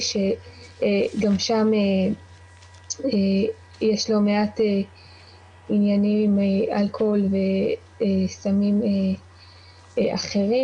שגם שם יש לא מעט עניינים עם אלכוהול וסמים אחרים.